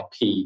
IP